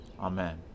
Amen